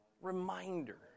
reminder